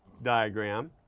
diagram.